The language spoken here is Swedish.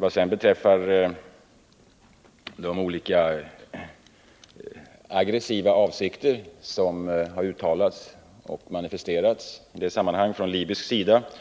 Vad sedan beträffar de olika avsikter som har uttalats och manifesterats från libysk sida och